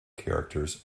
characters